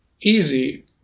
easy